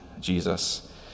Jesus